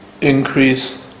increase